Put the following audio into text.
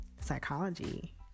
psychology